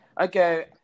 okay